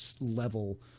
level